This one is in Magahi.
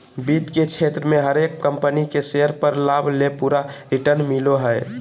वित्त के क्षेत्र मे हरेक कम्पनी के शेयर पर लाभ ले पूरा रिटर्न मिलो हय